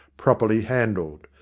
properly handled.